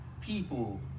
people